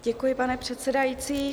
Děkuji, pane předsedající.